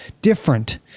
different